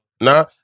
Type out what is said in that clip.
Nah